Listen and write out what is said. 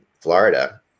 Florida